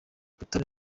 rutare